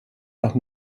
nach